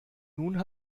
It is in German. nun